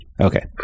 Okay